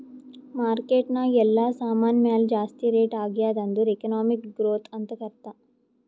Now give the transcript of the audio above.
market ನಾಗ್ ಎಲ್ಲಾ ಸಾಮಾನ್ ಮ್ಯಾಲ ಜಾಸ್ತಿ ರೇಟ್ ಆಗ್ಯಾದ್ ಅಂದುರ್ ಎಕನಾಮಿಕ್ ಗ್ರೋಥ್ ಅಂತ್ ಅರ್ಥಾ